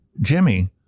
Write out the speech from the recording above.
Jimmy